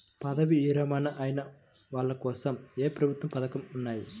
పదవీ విరమణ అయిన వాళ్లకోసం ఏ ప్రభుత్వ పథకాలు ఉన్నాయి?